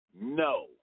no